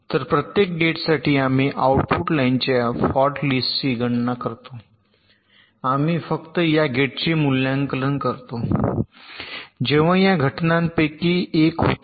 तर प्रत्येक गेटसाठी आम्ही आउटपुट लाइनच्या फॉल्ट लिस्टची गणना करतो आणि आम्ही फक्त या गेटचे मूल्यांकन करतो जेव्हा या घटनांपैकी एक होतो